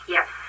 Yes